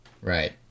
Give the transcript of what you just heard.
Right